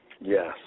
Yes